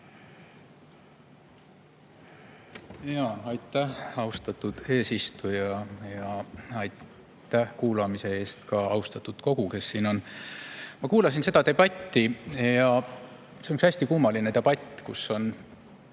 Aitäh, austatud eesistuja! Aitäh kuulamise eest, austatud kogu, kes siin on! Ma kuulasin seda debatti. See on üks hästi kummaline debatt, kus,